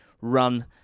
run